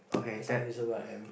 have some reason why I am